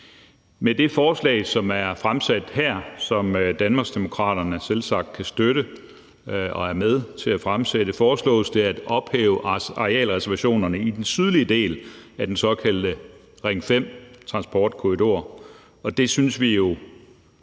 Med det forslag, som er fremsat her, og som Danmarksdemokraterne selvsagt kan støtte og er med til at fremsætte, foreslås det at ophæve arealreservationerne i den sydlige del af den såkaldte Ring 5-transportkorridor, og det synes vi jo